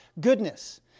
goodness